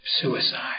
suicide